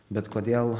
bet kodėl